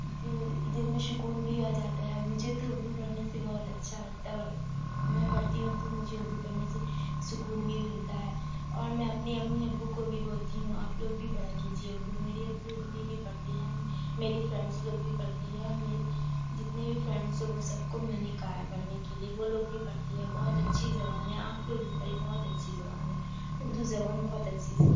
دل دل میں شکون بھی آ جاتا ہے مجھے تو اردو پڑھنے سے بہت اچھا لگتا میں پڑھتی ہوں تو مجھے اردو پڑھنے سے سکون بھی ملتا ہے اور میں اپنی امی ابو کو بھی بولتی ہوں آپ لوگ بھی پڑھا کیجیے اردو میری ابو امی بھی پڑھتی ہیں میری فرینڈس لوگ بھی پڑھتی ہیں میرے جتنے بھی فرینڈس ہے وہ سب کو میں نے کہا ہے پڑھنے کے لیے وہ لوگ بھی پڑھتی ہے بہت اچھی زبان ہے آپ لوگ بھی پڑھیے بہت اچھی زبان ہے اردو زبان بہت اچھی زبان ہے